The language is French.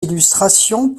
illustrations